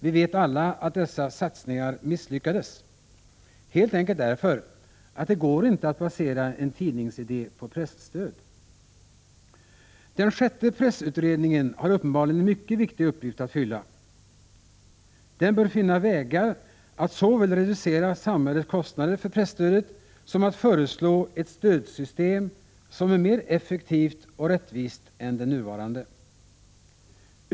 Vi vet alla att dessa satsningar misslyckades — helt enkelt därför att det inte går att basera en tidningsidé på presstöd. Den sjätte pressutredningen har uppenbarligen en mycket viktig uppgift att fylla. Den bör finna vägar att såväl reducera samhällets konstnader för Prot. 1985/86:105 presstödet som föreslå ett stödsystem som är mer effektivt och rättvist än det 2 april 1986 nuvarande.